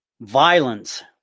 Violence